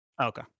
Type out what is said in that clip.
okay